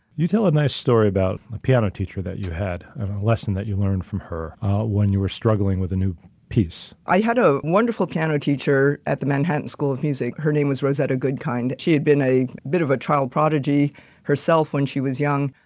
you tell a nice story about a piano teacher that you had a lesson that you learn from her when you were struggling with a new piece. i had a wonderful piano teacher at the manhattan school of music, her name was rosetta goodkind, she had been a bit of a child prodigy herself when she was young.